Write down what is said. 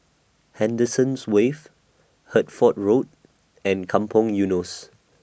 Henderson's Wave Hertford Road and Kampong Eunos